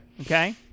Okay